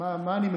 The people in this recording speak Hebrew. מה אני מקבל?